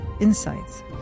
insights